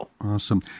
Awesome